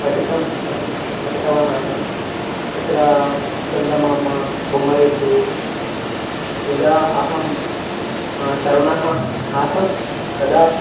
पठितं पठितं पठितवान् आसं तत्र चन्दामामा बोम्मरिल्लु यदा अहं तरुणः आसं तदा